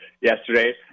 yesterday